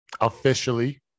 officially